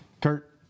Kurt